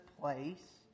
place